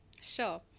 Sure